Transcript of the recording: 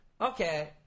okay